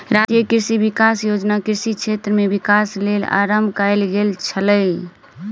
राष्ट्रीय कृषि विकास योजना कृषि क्षेत्र में विकासक लेल आरम्भ कयल गेल छल